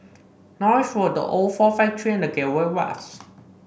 Norris Road The Old Ford Factory and The Gateway West